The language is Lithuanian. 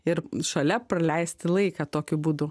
ir šalia praleisti laiką tokiu būdu